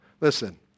Listen